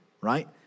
right